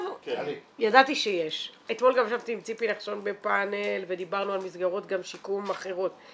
אתמול גם ישבתי עם ציפי נחשון בפאנל ודיברנו גם על מסגרות שיקום אחרות.